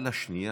על השנייה.